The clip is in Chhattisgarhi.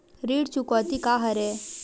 ऋण चुकौती का हरय?